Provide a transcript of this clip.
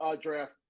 draft